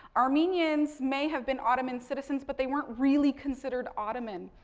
armenians may have been ottoman citizens, but, they weren't really considered ottoman.